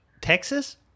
Texas